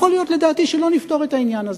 יכול להיות, לדעתי, שלא נפתור את העניין הזה,